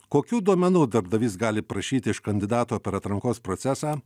kokių duomenų darbdavys gali prašyti iš kandidato per atrankos procesą